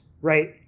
right